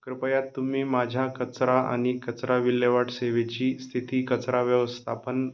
कृपया तुम्ही माझ्या कचरा आणि कचरा विल्हेवाट सेवेची स्थिती कचरा व्यवस्थापन